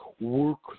work